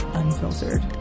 unfiltered